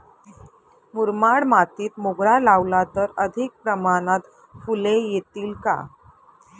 मुरमाड मातीत मोगरा लावला तर अधिक प्रमाणात फूले येतील का?